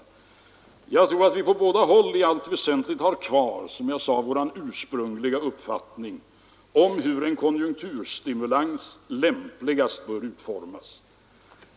Jag tror, som jag sade, att vi på båda håll i allt väsentligt har kvar våra ursprungliga uppfattningar om hur en konjunkturstimulans lämpligast bör utformas.